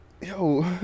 yo